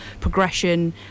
progression